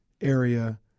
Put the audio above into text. area